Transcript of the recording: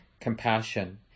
compassion